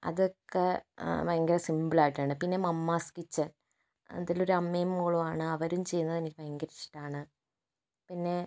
അതൊക്കെ ഭയങ്കര സിമ്പിൾ ആയിട്ടാണ് പിന്നെ മമ്മാസ് കിച്ചൻ അതിലൊര് അമ്മയും മോളുമാണ് അവരും ചെയ്യുന്നത് എനിക്ക് ഭയങ്കര ഇഷ്ടമാണ് പിന്നെ